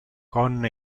con